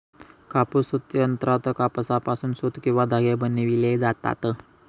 कापूस सूत यंत्रात कापसापासून सूत किंवा धागे बनविले जातात